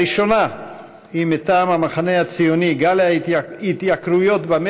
הראשונה היא מטעם המחנה הציוני: גל ההתייקרויות